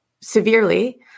severely